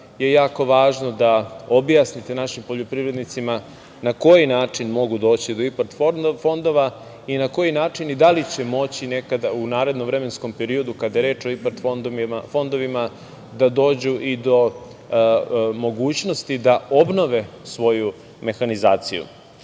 je jako važno da objasnite našim poljoprivrednicima na koji način mogu doći do IPARD fondova i na koji način i da li će moći nekada u narednom vremenskom periodu, kada je reč o IPARD fondovima, da dođu i do mogućnosti da obnove svoju mehanizaciju. Dakle,